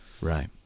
Right